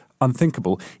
unthinkable